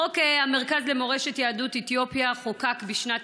חוק המרכז למורשת יהדות אתיופיה חוקק בשנת